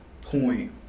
point